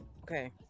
Okay